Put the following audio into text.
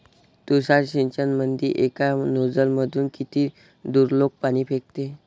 तुषार सिंचनमंदी एका नोजल मधून किती दुरलोक पाणी फेकते?